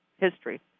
history